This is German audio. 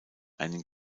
einen